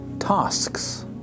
tasks